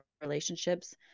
relationships